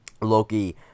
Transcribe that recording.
Loki